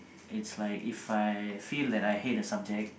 it's like If I feel that I hate a subject